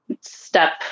step